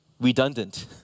redundant